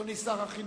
אדוני שר החינוך,